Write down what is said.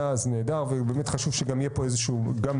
אז נדע ובאמת חשוב שיהיה פה גם מיקוד,